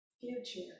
future